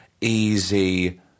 easy